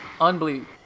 unbelievable